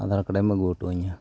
Aadhaar card ᱮᱢ ᱟᱹᱜᱩ ᱦᱚᱴᱚ ᱤᱧᱟᱹ